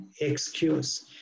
excuse